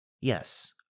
Yes